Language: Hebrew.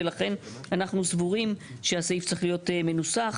ולכן אנחנו סבורים שהסעיף צריך להיות מנוסח